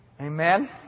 Amen